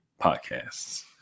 podcasts